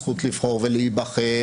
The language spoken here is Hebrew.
זכות לבחור ולהיבחר.